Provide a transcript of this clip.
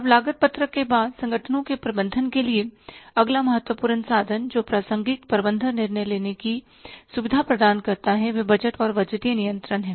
अब लागत पत्रक के बाद संगठनों के प्रबंधन के लिए अगला महत्वपूर्ण साधन जो प्रासंगिक प्रबंधन निर्णय लेने की सुविधा प्रदान करता है वे बजट और बजटीय नियंत्रण हैं